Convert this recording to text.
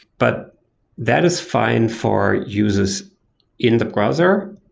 but that is fine for users in the browser.